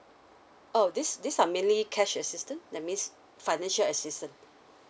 oh this this are mainly cash assistant that means financial assistance